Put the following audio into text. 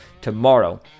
tomorrow